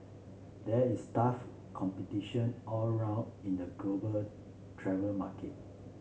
there is tough competition all round in the global travel market